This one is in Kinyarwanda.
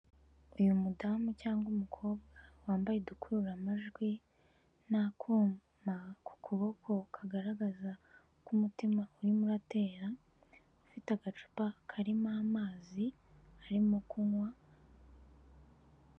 Uyu mudamu cyangwa umukobwa wambaye udukururamajwi n'akuma ku kuboko kagaragaza ko umutima urimo uratera, ufite agacupa karimo amazi arimo kunywa...